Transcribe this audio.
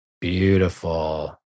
beautiful